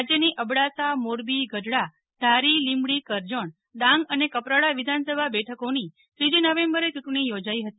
રાજ્યની અબડાસામોરબી ગઢડા ધારી લીંબડી કરજણ ડાંગ અને કપરાડા વિધાનસભા બેઠકોની ત્રીજી નવેમ્બરે યૂંટણી યોજાઇ હતી